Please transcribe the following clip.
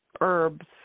herbs